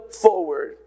forward